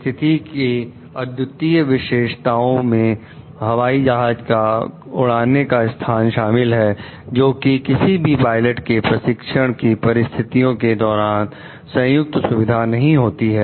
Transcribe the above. परिस्थिति की अद्वितीय विशेषताओं में हवाई जहाज का उड़ने का स्थान शामिल है जो कि किसी भी पायलट के प्रशिक्षण की परिस्थितियों के दौरान संयुक्त सुविधा नहीं होती है